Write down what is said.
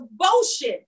devotion